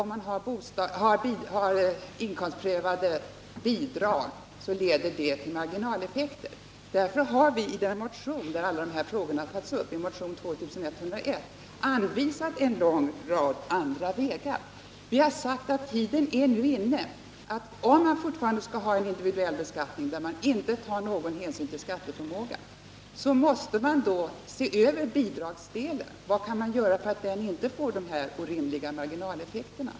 Om man har inkomstprövade bidrag så leder det till marginaleffekter. Därför har vi i den motion där alla dessa frågor tagits upp, motion 2101, anvisat en lång rad andra vägar. Vi har sagt att om man fortfarande skall ha en individuell beskattning där man inte tar någon hänsyn till skatteförmågan, måste man se över bidragsdelen. Vad kan man göra för att den inte skall få dessa orimliga marginaleffekter?